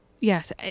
yes